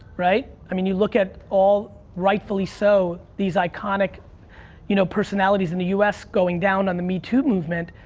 right? i mean you look at all, rightfully so, these iconic you know personalities in the u s. going down on the metoo movement.